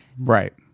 Right